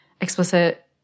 explicit